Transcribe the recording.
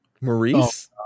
Maurice